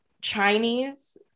Chinese